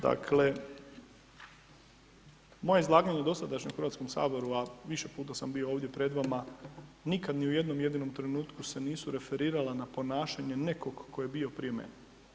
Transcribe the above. Dakle, moje izlaganje u dosadašnjem Hrvatskom saboru, a više puta sam bio ovdje pred vama nikada ni u jednom jedinom trenutku se nisu referila na ponašanje nekog koji je bio prije mene.